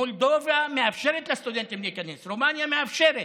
מולדובה מאפשרת לסטודנטים להיכנס, רומניה מאפשרת.